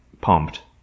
pumped